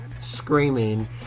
screaming